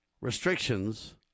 restrictions